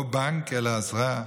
לא בנק אלא עזרה.